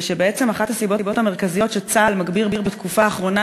ושבעצם אחת הסיבות המרכזיות לכך שצה"ל מגביר בתקופה האחרונה